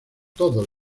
todos